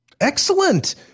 Excellent